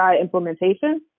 implementation